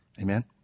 Amen